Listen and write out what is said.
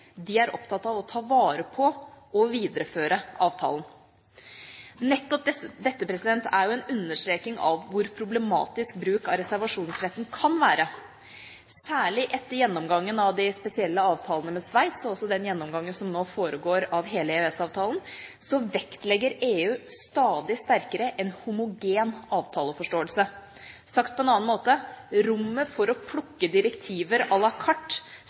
De er opptatt av å ta vare på og videreføre avtalen.» Nettopp dette er jo en understreking av hvor problematisk bruk av reservasjonsretten kan være. Særlig etter gjennomgangen av de spesielle avtalene med Sveits, og også den gjennomgangen som nå foregår av hele EØS-avtalen, vektlegger EU stadig sterkere en homogen avtaleforståelse. Sagt på en annen måte: Rommet for å plukke direktiver